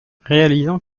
réalisant